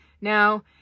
now